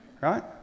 right